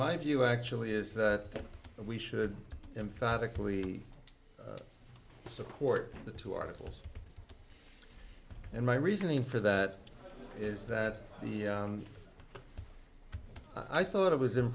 my view actually is that we should emphatically support the two articles and my reasoning for that is that i thought it was i